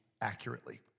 accurately